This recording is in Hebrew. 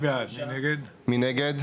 מי נגד?